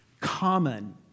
common